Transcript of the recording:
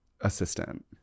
assistant